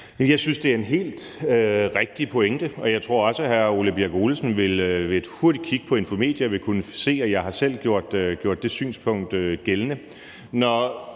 Jeg synes, det er en helt rigtig pointe, og jeg tror også, at hr. Ole Birk Olesen ved et hurtigt kig på Infomedia vil kunne se, at jeg selv har gjort det synspunkt gældende.